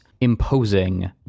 imposing